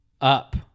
up